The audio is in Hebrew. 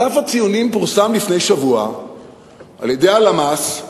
דף הציונים פורסם לפני שבוע על-ידי הלמ"ס,